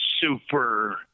super